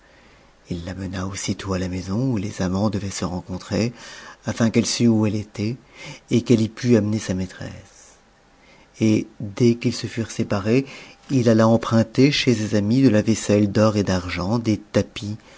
la mena aussitôt à la maison où les amants devaient se rencontrer afin qu'elle sût où elle était et qu'elle y pût amener sa maîtresse et dès qu'ils se furent séparés il alla emprunter chez ses amis de la vaisselle d'or et d'argent des tapis